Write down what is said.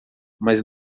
mas